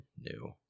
new